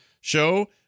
show